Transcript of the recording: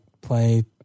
play